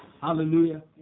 Hallelujah